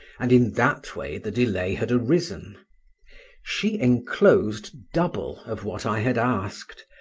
and in that way the delay had arisen she enclosed double of what i had asked,